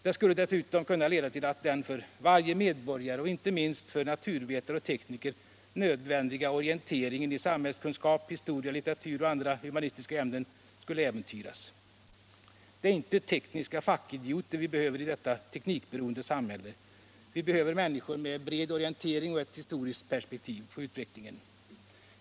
Det skulle dessutom leda till att den för varje medborgare — och inte minst för naturvetare och tekniker —- nödvändiga orienteringen i samhällskunskap, historia, litteratur och andra humanistiska ämnen äventyrades. Det är inte tekniska fackidioter Om rekryteringen naturvetenskapliga vi behöver i detta teknikberoende samhälle. Vi behöver människor med bred orientering och ett historiskt perspektiv på utvecklingen.